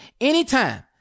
anytime